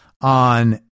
on